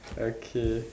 okay